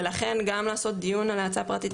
ולכן גם לעשות דיון על ההצעה הפרטית,